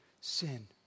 sin